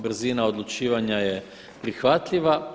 Brzina odlučivanja je prihvatljiva.